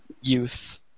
youth